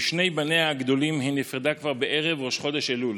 משני בניה הגדולים היא נפרדה כבר בערב ראש חודש אלול.